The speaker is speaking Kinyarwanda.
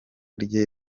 rye